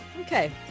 okay